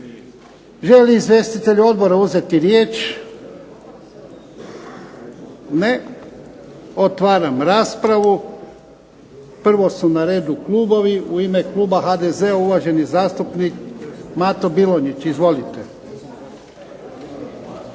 li izvjestitelj odbora uzeti riječ? Ne. Otvaram raspravu. Prvo su na redu klubovi. U ime kluba HDZ-a uvaženi zastupnik Mato Bilonjić. Izvolite.